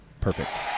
perfect